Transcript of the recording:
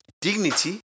dignity